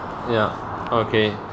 ya okay